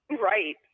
Right